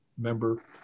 member